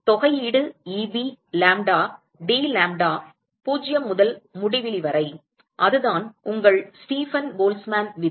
தொகையீடு Eb lambda dlambda 0 முதல் முடிவிலி வரை அதுதான் உங்கள் ஸ்டீபன் போல்ட்ஸ்மேன் விதி